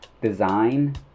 design